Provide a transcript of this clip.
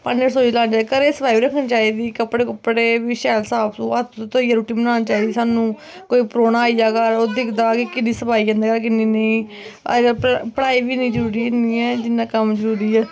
भांडे रसोई च लाने चाहिदे घरै दा सफाई रक्खनी चाहिदी कपड़े कुपड़े बी साफ हत्थ हुत्थ धोइयै रुट्टी बनानी चाहिदे सानू कोई परौह्ना आई जा घर ओह्दी सफाई किन्नी नेईं अज्जकल पढ़ाई बी इन्नी जरूरी नी ऐ जिन्ना कम्म जरूरी ऐ